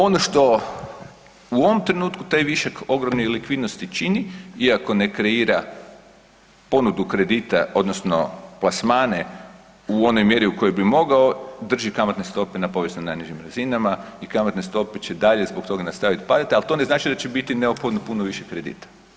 Ono što u ovom trenutku taj višak ogromne likvidnosti čini iako ne kreira ponudu kredita odnosno plasmane u onoj mjeri u kojoj bi mogao drži kamatne stope na povijesno najnižim razinama i kamatne stope će dalje zbog toga nastaviti padati, ali to ne znači da će biti neophodno puno više kredita.